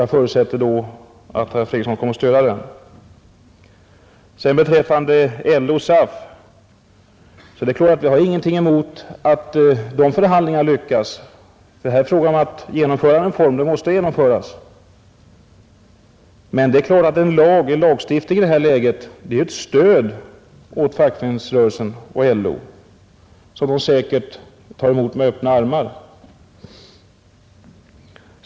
Jag förutsätter att herr Fredriksson då kommer att stödja den motionen. Jag har ingenting emot att förhandlingarna mellan LO och SAF lyckas. Det är här fråga om att genomföra en reform som måste genomföras. Men det är klart att en lagstiftning i det läget är ett stöd åt fackföreningsrörelsen och LO, som dessa säkerligen tar emot med öppna armar.